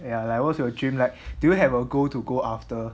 ya like what's your dream like do you have a goal to go after